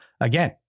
again